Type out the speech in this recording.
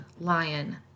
lion